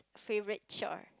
favourite chore